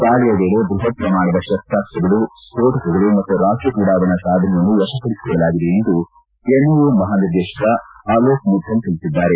ದಾಳಿಯ ವೇಳೆ ಬೃಹತ್ ಪ್ರಮಾಣದ ಶಸ್ತಾಸ್ತಗಳು ಸ್ಫೋಟಕಗಳು ಮತ್ತು ರಾಕೆಟ್ ಉಡಾವಣಾ ಸಾಧನವನ್ನು ವಶಪಡಿಸಿಕೊಳ್ಳಲಾಗಿದೆ ಎಂದು ಎನ್ಐಎ ಮಹಾನಿರ್ದೇಶಕ ಅರೋಕ್ ಮಿಥಲ್ ತಿಳಿಸಿದ್ದಾರೆ